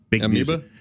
Amoeba